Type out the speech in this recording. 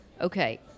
Okay